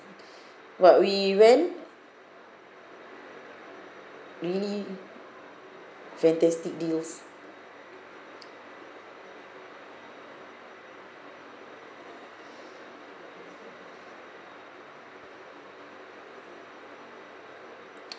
but we went really fantastic deals